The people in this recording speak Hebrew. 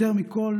יותר מכל